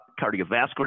cardiovascular